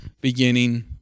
beginning